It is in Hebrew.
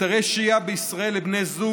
היתרי שהייה בישראל לבני זוג,